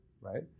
right